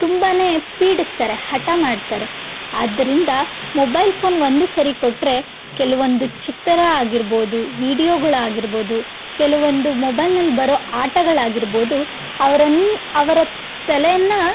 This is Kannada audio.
ತುಂಬಾ ಪೀಡಿಸ್ತಾರೆ ಹಠ ಮಾಡ್ತಾರೆ ಆದ್ದರಿಂದ ಮೊಬೈಲ್ ಫೋನ್ ಒಂದು ಸಾರಿ ಕೊಟ್ಟರೆ ಕೆಲವೊಂದು ಚಿತ್ರ ಆಗಿರ್ಬೋದು ವಿಡಿಯೋಗಳು ಆಗಿರ್ಬೋದು ಕೆಲವೊಂದು ಮೊಬೈಲ್ನಲ್ಲಿ ಬರೋ ಆಟಗಳು ಆಗಿರ್ಬೋದು ಅವ್ರನ್ನ ಅವರ ತಲೆಯನ್ನು